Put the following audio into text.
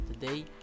today